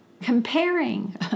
comparing